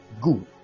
Good